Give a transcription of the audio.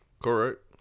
Correct